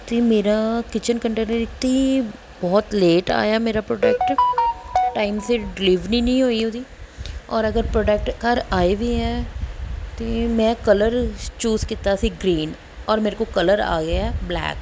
ਅਤੇ ਮੇਰਾ kitchen container ਇੱਕ ਤਾਂ ਬਹੁਤ ਲੇਟ ਆਇਆ ਮੇਰਾ ਪ੍ਰੋਡਕਟ ਟਾਈਮ ਸਿਰ ਡਿਲੀਵਰੀ ਨਹੀਂ ਹੋਈ ਉਹਦੀ ਔਰ ਅਗਰ ਪ੍ਰੋਡਕਟ ਘਰ ਆਏ ਵੀ ਹੈ ਤਾਂ ਮੈਂ ਕਲਰ ਚੂਜ ਕੀਤਾ ਸੀ ਗਰੀਨ ਔਰ ਮੇਰੇ ਕੋਲ ਕਲਰ ਆ ਗਿਆ ਬਲੈਕ